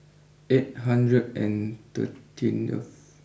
eight hundred and thirteen